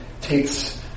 takes